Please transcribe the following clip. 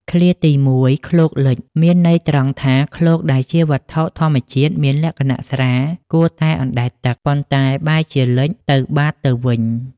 ឃ្លាទីមួយ "ឃ្លោកលិច" មានន័យត្រង់ថា ឃ្លោកដែលជាវត្ថុធម្មជាតិមានលក្ខណៈស្រាល គួរតែអណ្ដែតទឹក ប៉ុន្តែបែរជាលិចទៅបាតទៅវិញ។